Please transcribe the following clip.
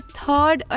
third